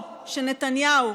שנתניהו,